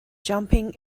jumping